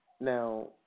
now